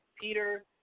Peter